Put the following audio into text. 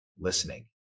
listening